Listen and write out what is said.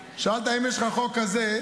שאלת: אם יש לך חוק כזה,